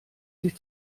sich